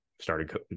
started